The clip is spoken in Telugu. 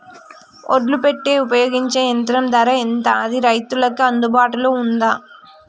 ఒడ్లు పెట్టే ఉపయోగించే యంత్రం ధర ఎంత అది రైతులకు అందుబాటులో ఉందా?